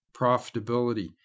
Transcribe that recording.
profitability